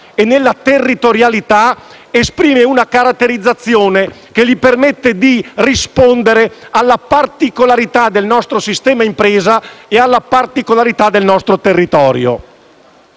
e nella territorialità esprime la sua caratterizzazione, che gli permette di rispondere alla particolarità del nostro sistema impresa e alla particolarità del nostro territorio.